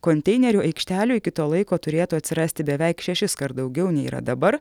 konteinerių aikštelių iki to laiko turėtų atsirasti beveik šešiskart daugiau nei yra dabar